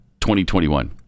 2021